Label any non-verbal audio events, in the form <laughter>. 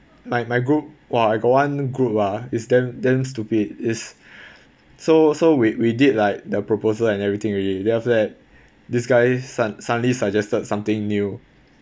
like my group !wah! I got one group ah is damn damn stupid is <breath> so so we we did like the proposal and everything already then after that this guy sudd~ suddenly suggested something new